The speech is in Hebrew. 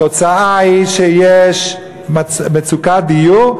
התוצאה היא שיש מצוקת דיור,